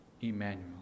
Emmanuel